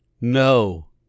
No